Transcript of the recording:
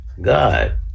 God